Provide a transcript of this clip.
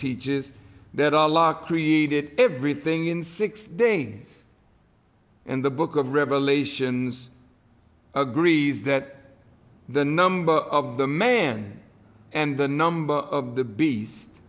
teaches that all law created everything in six days and the book of revelations agrees that the number of the man and the number of the beast